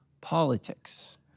politics